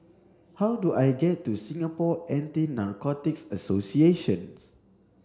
how do I get to Singapore Anti Narcotics Associations